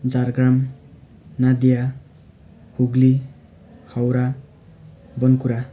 Jhargram Nadia Hooghly Howrah Bankura